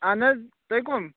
اہَن حظ تُہۍ کٕم